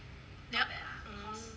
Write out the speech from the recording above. hmm